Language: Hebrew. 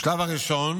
בשלב הראשון